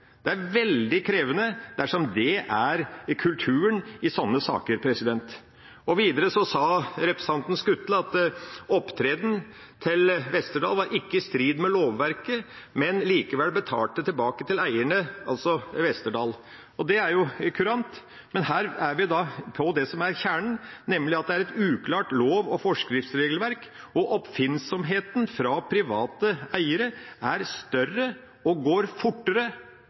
veldig krevende dersom det er kulturen i slike saker. Videre sa representanten Skutle at opptredenen til Westerdals ikke var i strid med lovverket, men betalte likevel tilbake til eierne, altså Westerdals. Det er jo kurant. Men her er vi da ved kjernen, nemlig at det er et uklart lov- og forskriftsregelverk, og oppfinnsomheten fra private eiere er større og går fortere